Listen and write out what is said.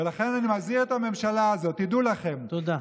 ולכן אני מזהיר את הממשלה הזאת: תדעו לכם, תודה.